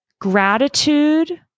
gratitude